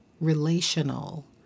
relational